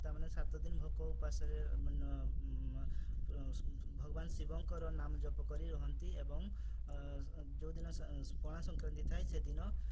ଭକ୍ତାମାନେ ସାତ ଦିନ ଭୋକ ଉପାସରେ ଭଗବାନ ଶିବଙ୍କର ନାମ ଜପ କରି ରୁହନ୍ତି ଏବଂ ଯେଉଁ ଦିନ ପଣା ସଂକ୍ରାନ୍ତି ଥାଏ ସେଦିନ